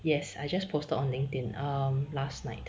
yes I just posted on LinkedIn um last night